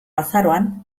azaroan